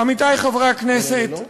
עמיתי חברי הכנסת,